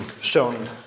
shown